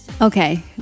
Okay